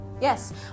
Yes